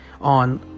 on